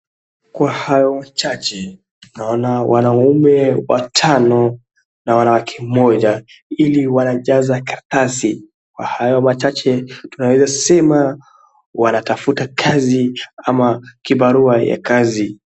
Kwa hayo chache, tunaona wanaume watano na wanawake mmoja ili wanajaza karatasi. Kwa hayo machache tunaweza sema wanatafuta kazi ama kibarua ya kazi.